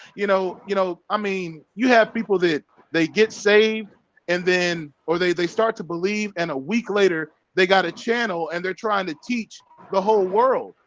you know, you know i mean you have people that they get saved and then or they they start to believe and a week later they got a channel and they're trying to teach the whole world.